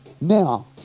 Now